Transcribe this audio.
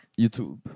YouTube